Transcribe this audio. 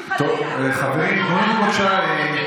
כדי שאם,